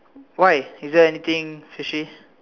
why is there anything fishy